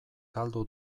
galdu